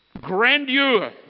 grandeur